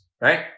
Right